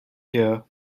here